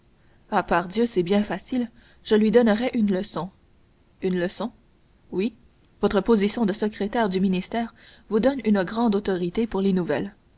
ah pardieu c'est bien facile je lui donnerais une leçon une leçon oui votre position de secrétaire du ministre vous donne une grande autorité pour les nouvelles